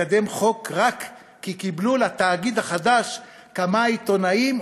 מקדם חוק רק כי קיבלו לתאגיד החדש כמה עיתונאים,